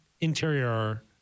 interior